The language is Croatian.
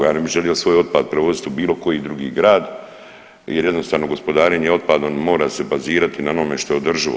Ja ne bih želio svoj otpad prevoziti u bilo koji drugi grad, jer jednostavno gospodarenje otpadom mora se bazirati na onome što je održivo.